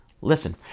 Listen